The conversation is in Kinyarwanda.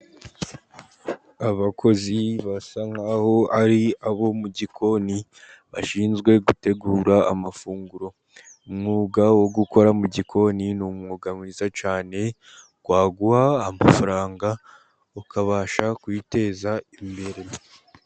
Abakozi basa nkaho ari abo mu gikoni, bashinzwe gutegura amafunguro. Umwuga wo gukora mu gikoni ni umwuga mwiza cyane, waguha amafaranga ukabasha kuyiteza imbere.